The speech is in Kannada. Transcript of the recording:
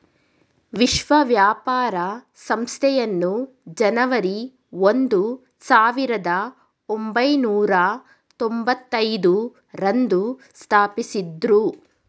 ವಿಶ್ವ ವ್ಯಾಪಾರ ಸಂಸ್ಥೆಯನ್ನು ಜನವರಿ ಒಂದು ಸಾವಿರದ ಒಂಬೈನೂರ ತೊಂಭತ್ತೈದು ರಂದು ಸ್ಥಾಪಿಸಿದ್ದ್ರು